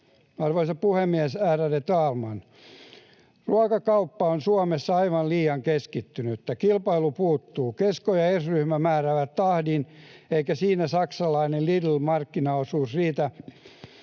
Arvoisa puhemies, ärade talman! Ruokakauppa on Suomessa aivan liian keskittynyttä, kilpailu puuttuu. Kesko ja S-ryhmä määräävät tahdin, eikä siinä saksalaisen Lidlin markkinaosuus riitä